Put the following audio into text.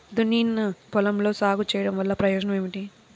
దున్నిన పొలంలో సాగు చేయడం వల్ల ప్రయోజనం ఏమిటి?